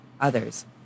others